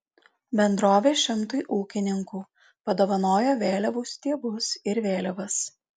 bendrovė šimtui ūkininkų padovanojo vėliavų stiebus ir vėliavas